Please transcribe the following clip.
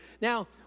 Now